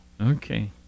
Okay